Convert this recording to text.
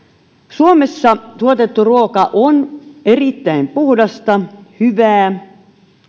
suomessa tuotettu ruoka on erittäin puhdasta hyvää